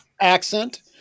accent